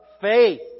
faith